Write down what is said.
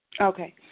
Okay